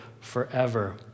forever